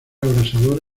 abrasador